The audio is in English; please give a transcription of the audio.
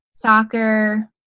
Soccer